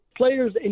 Players